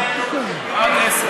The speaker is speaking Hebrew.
תודה רבה.